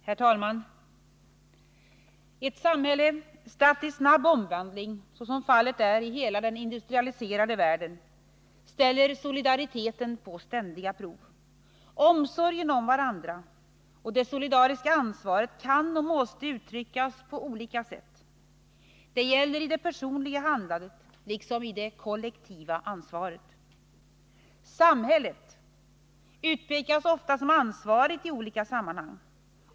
Herr talman! Ett samhälle statt i snabb omvandling, såsom fallet är i hela den industrialiserade världen, ställer solidariteten på ständiga prov. Vår omsorg om varandra och det solidariska ansvaret kan och måste uttryckas på olika sätt. Det gäller i det personliga handlandet liksom i det kollektiva ansvaret. ”Samhället” utpekas ofta som ansvarigt i olika sammanhang.